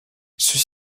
ceux